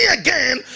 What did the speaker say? again